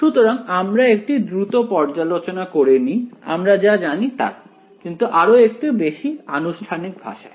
সুতরাং আমরা একটি দ্রুত পর্যালোচনা করে নিই আমরা যা জানি তার কিন্তু আরো একটু বেশি আনুষ্ঠানিক ভাষায়